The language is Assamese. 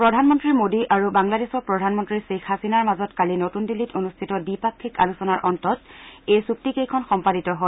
প্ৰধানমন্ত্ৰী মোদী আৰু বাংলাদেশৰ প্ৰধানমন্ত্ৰী শ্বেইখ হাছিনাৰ মাজত কালি নতুন দিল্লীত অনুষ্ঠিত দ্বিপাক্ষিক আলোচনাৰ অন্তত এই চুক্তিকেইখন সম্পাদিত হয়